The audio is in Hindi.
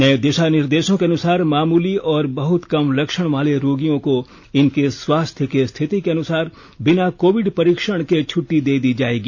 नए दिशा निर्देशों के अनुसार मामूली और बहुत कम लक्षण वाले रोगियों को उनके स्वास्थ्य की स्थिति के अनुसार बिना कोविड परीक्षण के छट्टी दे दी जाएगी